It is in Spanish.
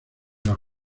los